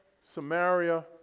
Samaria